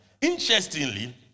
interestingly